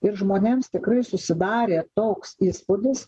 ir žmonėms tikrai susidarė toks įspūdis